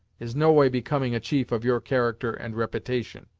is no way becoming a chief of your character and repitation.